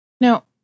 Now